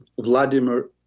Vladimir